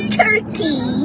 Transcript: turkey